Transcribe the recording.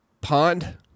pond